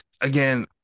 Again